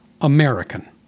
American